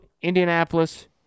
Indianapolis